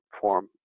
form